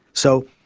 so